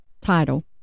title